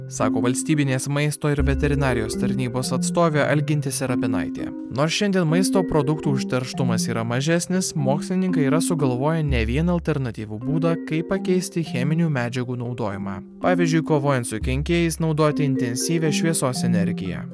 sako valstybinės maisto ir veterinarijos tarnybos atstovė algintė serapinaitė nors šiandien maisto produktų užterštumas yra mažesnis mokslininkai yra sugalvoję ne vieną alternatyvų būdą kaip pakeisti cheminių medžiagų naudojimą pavyzdžiui kovojant su kenkėjais naudoti intensyvią šviesos energiją